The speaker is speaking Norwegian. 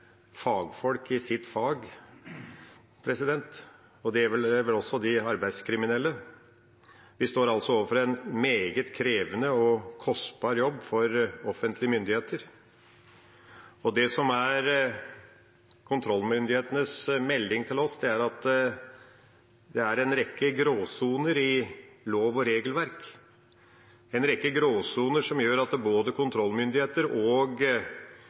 vel også de arbeidskriminelle. Vi står altså overfor en meget krevende og kostbar jobb for offentlige myndigheter. Det som er kontrollmyndighetenes melding til oss, er at det er en rekke gråsoner i lov- og regelverk – en rekke gråsoner som gjør at både kontrollmyndigheter og